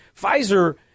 Pfizer